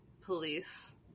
police